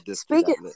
speaking